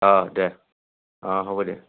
অঁ দে অঁ হ'ব দে